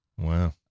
Wow